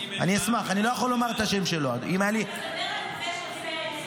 אם יש בעיה בביטחון המדינה --- אני אשמח.